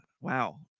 Wow